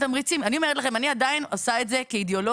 אני אומרת לכם שאני עדיין עושה את זה כאידיאולוגיה